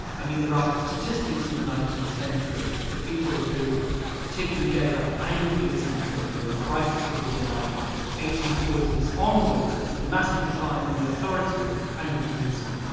i mean there are ah statistics in the nineteenth century for people who particularly gave up anglicanism from the crisis of the yeah um eighteen forty s onwards there's a massive decline in the authority of anglicanism.